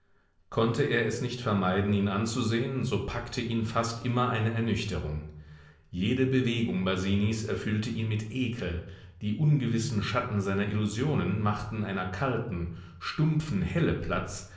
konnte er es nicht vermeiden ihn anzusehen so packte ihn fast immer eine ernüchterung jede bewegung basinis erfüllte ihn mit ekel die ungewissen schatten seiner illusionen machten einer kalten stumpfen helle platz